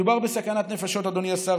מדובר בסכנת נפשות, אדוני השר.